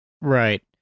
Right